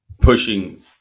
pushing